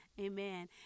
Amen